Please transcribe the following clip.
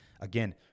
again